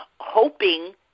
hoping